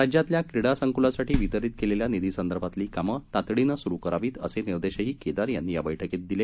राज्यातल्या क्रीडा संक्लासाठी वितरीत केलेल्या निधीसंदर्भातली काम तातडीनं स्रु करावीत असे निर्देशही केदार यांनी या बैठकीत दिले